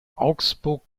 augsburg